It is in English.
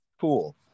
cool